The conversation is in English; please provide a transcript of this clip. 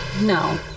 No